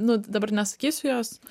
nu dabar nesakysiu jos